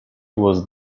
was